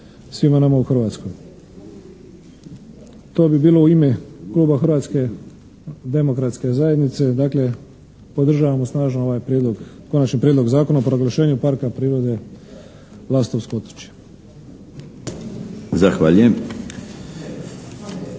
svima nama u Hrvatskoj. To bi bilo u ime kluba Hrvatske demokratske zajednice, dakle podržavamo snažno ovaj Konačni prijedlog Zakona o proglašenju Parka prirode "Lastovsko otočje".